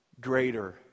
greater